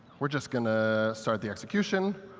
we're just going to start the execution.